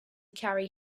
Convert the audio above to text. carry